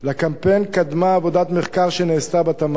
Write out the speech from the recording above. לקמפיין קדמה עבודת מחקר שנעשתה בתמ"ת